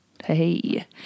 Hey